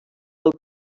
del